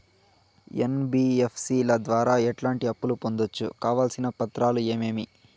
NBFC ల ద్వారా ఎట్లాంటి అప్పులు పొందొచ్చు? కావాల్సిన పత్రాలు ఏమేమి?